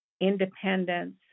independence